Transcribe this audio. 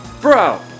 Bro